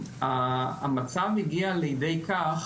המצב הגיע לידי כך